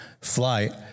flight